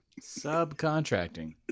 subcontracting